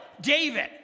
David